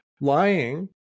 Lying